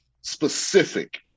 specific